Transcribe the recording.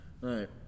right